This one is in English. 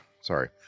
Sorry